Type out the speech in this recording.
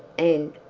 and,